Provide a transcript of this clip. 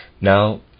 Now